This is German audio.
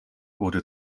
wurde